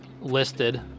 listed